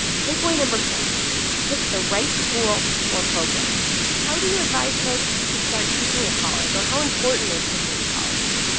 takeaway no. four pick the right school or program how do you advise folks to start picking a college or how important is picking a college?